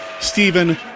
Stephen